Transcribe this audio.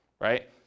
right